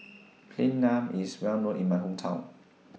Plain Naan IS Well known in My Hometown